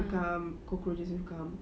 will come cockroaches will come